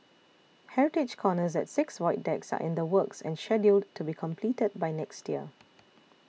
heritage corners at six void decks are in the works and scheduled to be completed by next year